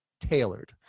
tailored